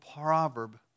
proverb